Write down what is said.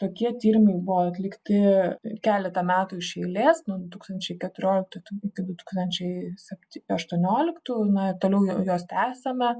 tokie tyrimai buvo atlikti keletą metų iš eilės nuo du tūkstančiai keturioliktų iki du tūkstančiai septy aštuonioliktų na ir toliau juo juos tęsiame